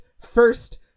First